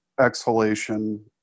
exhalation